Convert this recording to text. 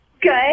Good